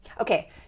Okay